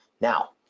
Now